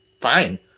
fine